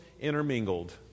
intermingled